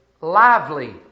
lively